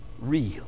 real